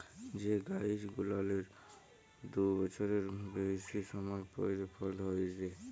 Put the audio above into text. যে গাইছ গুলানের দু বচ্ছরের বেইসি সময় পইরে ফল ধইরে